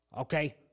Okay